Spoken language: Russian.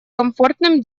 комфортным